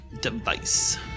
device